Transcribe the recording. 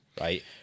right